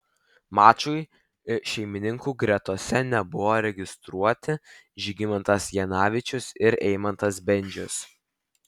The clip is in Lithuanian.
mačui šeimininkų gretose nebuvo registruoti žygimantas janavičius ir eimantas bendžius